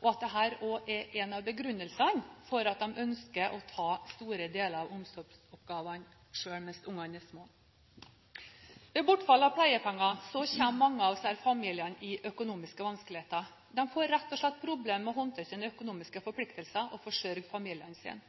og at dette også er en av begrunnelsene for at de ønsker å ta store deler av omsorgsoppgavene selv mens barna er små. Ved bortfall av pleiepenger kommer mange av disse familiene i økonomiske vanskeligheter. De får rett og slett problemer med å håndtere sine økonomiske forpliktelser og forsørge